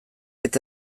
eta